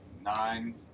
nine